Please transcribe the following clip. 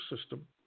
system